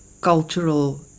cultural